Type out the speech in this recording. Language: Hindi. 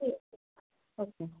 करते हैं